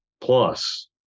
plus